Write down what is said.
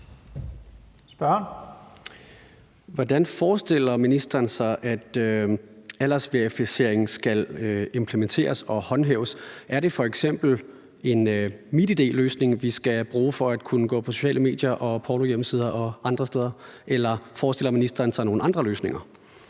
Hvordan forestiller ministeren sig aldersverifikation skal implementeres og håndhæves? Er det f.eks. en MitID-løsning, vi skal bruge for at kunne gå på sociale medier, pornohjemmesider og andre steder, eller forestiller ministeren sig nogle andre løsninger?